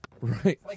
Right